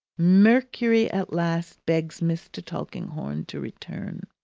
mercury at last begs mr. tulkinghorn to return.